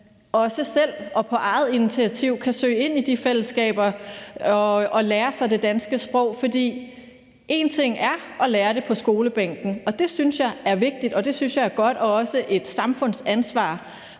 og på eget initiativ kan søge ind i de fællesskaber og lære sig det danske sprog. For én ting er at lære det på skolebænken – og det synes jeg er vigtigt og godt og også et samfunds ansvar